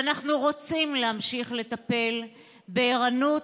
ואנחנו רוצים להמשיך לטפל בערנות,